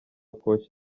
koch